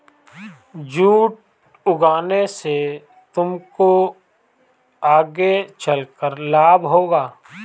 jute उगाने से तुमको आगे चलकर लाभ होगा